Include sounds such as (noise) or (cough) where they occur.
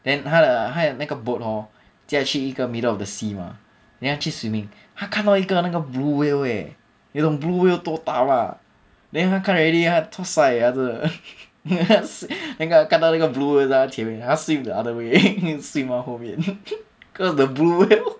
then 他的还有那个 boat hor 驾去一个 middle of the sea mah then 他去 swimming 他看到一个那个 blue whale leh you 懂 blue whale 多大 mah then 他看 already 他 chua sai eh 他真的 (laughs) 因为他看到那个 blue whale 在他前面 then 他 swim the other way (laughs) swim 到后面 (laughs) cause of the blue whale